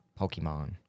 Pokemon